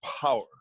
power